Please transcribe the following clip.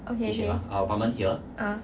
okay okay uh